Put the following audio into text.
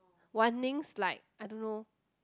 Wan-Ning's like I don't know